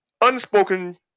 Unspoken